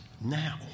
now